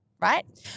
right